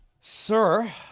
Sir